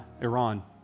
Iran